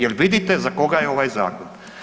Jel' vidite za koga je ovaj zakon?